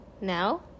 Now